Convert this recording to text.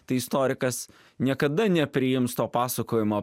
tai istorikas niekada nepriims to pasakojimo